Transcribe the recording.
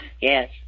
Yes